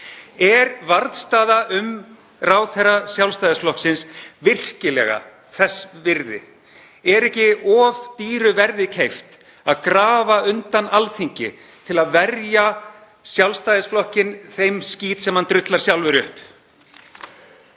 Er varðstaða um ráðherra Sjálfstæðisflokksins virkilega þess virði? Er ekki of dýru verði keypt að grafa undan Alþingi til að verja Sjálfstæðisflokkinn þeim skít sem hann drullar sjálfur upp?